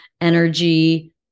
energy